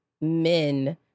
men